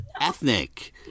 ethnic